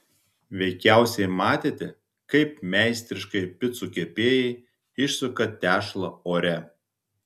veikiausiai matėte kaip meistriškai picų kepėjai išsuka tešlą ore